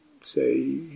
say